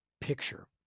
picture